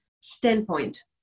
standpoint